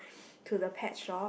to the pet shop